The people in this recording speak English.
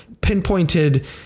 pinpointed